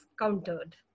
countered